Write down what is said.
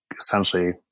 essentially